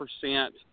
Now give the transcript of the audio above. percent